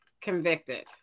Convicted